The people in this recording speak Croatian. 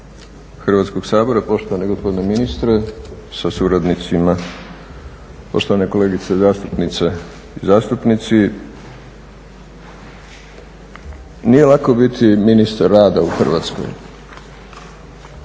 Hrvatskog sabora, poštovani gospodine ministre sa suradnicima, poštovane kolegice zastupnice i zastupnici. Nije lako biti ministar rada u Hrvatskoj.